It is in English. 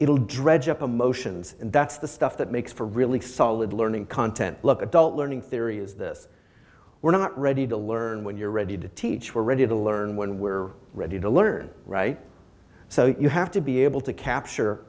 will dredge up emotions and that's the stuff that makes for really solid learning content look at dull learning theory is this we're not ready to learn when you're ready to teach we're ready to learn when we're ready to learn right so you have to be able to capture